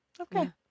Okay